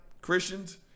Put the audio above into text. Christians